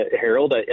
Harold